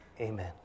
Amen